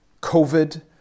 covid